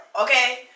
okay